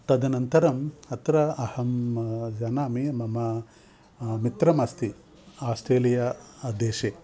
तदनन्तरम् अत्र अहं जानामि मम मित्रम् अस्ति आस्ट्रेलियादेशे